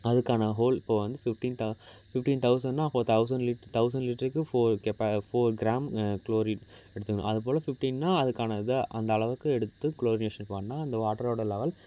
அதுக்கான ஹோல் இப்போ வந்து ஃபிப்டீன் ஃபிப்டீன் தவுசண்ட்னா அப்போது தவுசண்ட் லிட்ரு தவுசண்ட் லிட்டருக்கு ஃபோர் ஃபோர் கிராம் குளோரின் எடுத்துக்கணும் அது போல் ஃபிப்டீன்னா அதுக்கான இது அந்தளவுக்கு எடுத்து குளோரினேஷன் பண்ணால் அந்த வாட்டரோட லெவல்